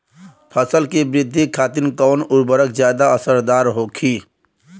फसल के वृद्धि खातिन कवन उर्वरक ज्यादा असरदार होखि?